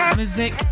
music